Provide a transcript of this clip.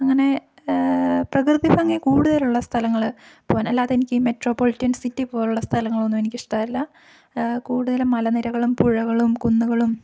അങ്ങനെ പ്രകൃതി ഭംഗി കൂടുതലുള്ള സ്ഥലങ്ങൾ പോകാൻ അല്ലാതെ എനിക്ക് ഈ മെട്രോ പോളിറ്റേൺ സിറ്റി പോലുള്ള സ്ഥലങ്ങളൊന്നും എനിക്ക് ഇഷ്ടമല്ല കൂടുതൽ മലനിരകളും പുഴകളും കുന്നുകളും